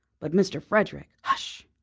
but mr. frederick hush!